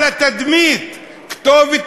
על התדמית.